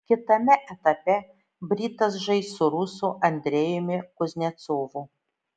kitame etape britas žais su rusu andrejumi kuznecovu